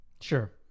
Sure